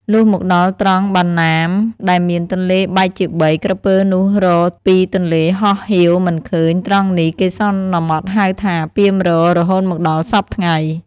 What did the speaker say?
លុះមកដល់ត្រង់ បាណាម ដែលមានទន្លេបែកជាបី ក្រពើនោះរក៍ ២ ទន្លេហោះហៀវមិនឃើញ ត្រង់នេះ គេសន្មតហៅថា “ពាមរក៍” រហូតមកដល់សព្វថ្ងៃ ។។